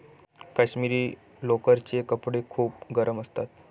काश्मिरी लोकरचे कपडे खूप गरम असतात